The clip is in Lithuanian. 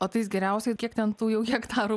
o tais geriausiai kiek ten tų jau hektarų